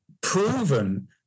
proven